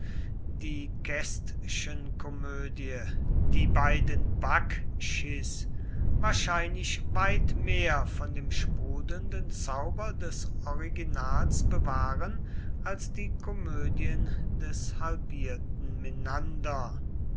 die kästchenkomödie die beiden backchis wahrscheinlich weit mehr von dem sprudelnden zauber des originals bewahren als die komödien des halbierten menander